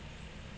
ya